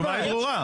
התשובה היא ברורה.